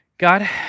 God